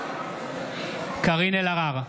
קארין אלהרר,